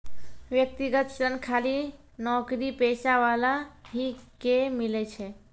व्यक्तिगत ऋण खाली नौकरीपेशा वाला ही के मिलै छै?